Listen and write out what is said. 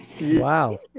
Wow